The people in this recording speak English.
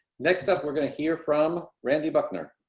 next up we're going to hear from randy buckner